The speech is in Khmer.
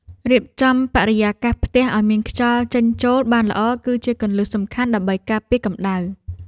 រៀបចំបរិយាកាសផ្ទះឱ្យមានខ្យល់ចេញចូលបានល្អគឺជាគន្លឹះសំខាន់ដើម្បីការពារកម្តៅ។